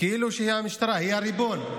כאילו שהיא המשטרה, היא הריבון.